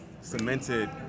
cemented